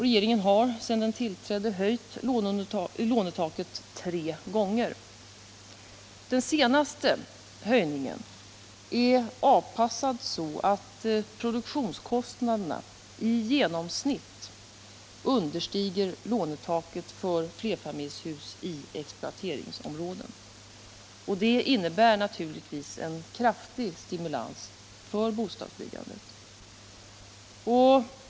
Regeringen har sedan den tillträdde höjt lånetaket tre gånger. Den senaste höjningen är avpassad så att produktionskostnaderna i genomsnitt understiger lånetaket för flerfamiljshus i exploateringsområdena. Det innebär naturligtvis en kraftig stimulans för bostadsbyggandet.